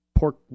pork